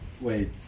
Wait